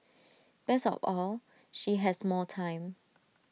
best of all she has more time